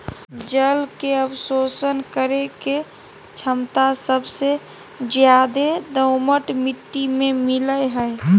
जल के अवशोषण करे के छमता सबसे ज्यादे दोमट मिट्टी में मिलय हई